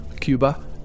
Cuba